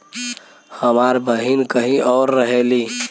हमार बहिन कहीं और रहेली